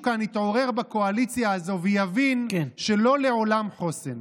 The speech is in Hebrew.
כאן יתעורר בקואליציה הזאת ויבין שלא לעולם חוסן.